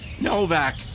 Novak